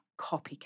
copycat